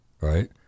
right